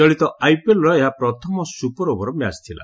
ଚଳିତ ଆଇପିଏଲ୍ର ଏହା ପ୍ରଥମ ସୁପର୍ ଓଭର୍ ମ୍ୟାଚ୍ ଥିଲା